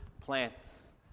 plants